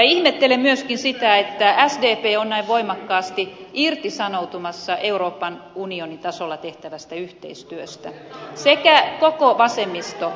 ihmettelen myöskin sitä että sdp on näin voimakkaasti irtisanoutumassa euroopan unionin tasolla tehtävästä yhteistyöstä sekä koko vasemmisto